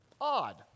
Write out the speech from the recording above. odd